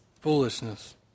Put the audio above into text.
Foolishness